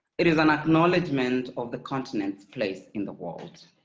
it is an acknowledgement of the continent's place in the world.